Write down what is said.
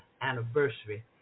anniversary